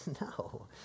No